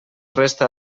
resta